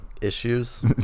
issues